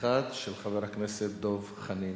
1 של חבר הכנסת דב חנין.